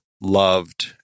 loved